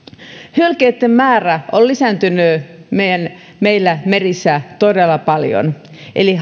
hylkeitten määrä on lisääntynyt meillä merissä todella paljon eli